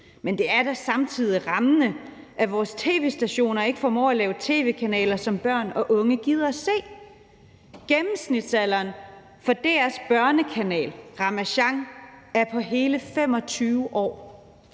men det er da samtidig rammende, at vores tv-stationer ikke formår at lave tv-kanaler, som børn og unge gider at se. Gennemsnitsalderen for DR's børnekanal, Ramasjang, er på hele 25 år,